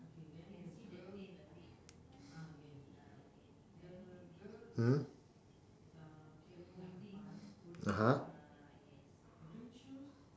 mmhmm (uh huh)